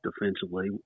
defensively